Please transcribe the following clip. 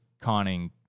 conning